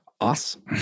awesome